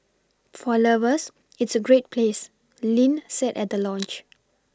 for lovers it's a great place Lin said at the launch